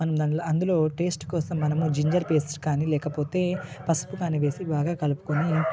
మనం దాంట్లో అందులో టెస్ట్ కోసం మనము జింజర్ పేస్ట్ కానీ లేకపోతే పసుపు కానీ వేసి బాగా కలుపుకొని